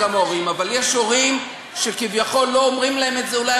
אבל יש הורים שכביכול לא אומרים להם את זה אולי,